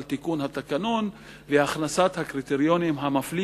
על תיקון התקנון והכנסת הקריטריונים המפלים